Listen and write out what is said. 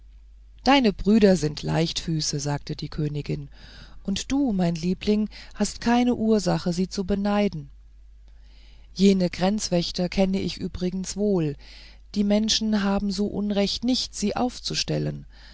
deine brüder sind leichtfüße sagte die königin und du mein liebling hast keine ursache sie zu beneiden jene grenzwächter kenne ich übrigens wohl die menschen haben so unrecht nicht sie aufzustellen